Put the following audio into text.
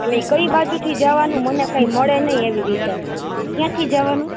એટલે કઈ બાજુથી જવાનું મને કઈ મળે નહીં એવી રીતે ક્યાંથી જવાનું